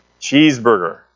Cheeseburger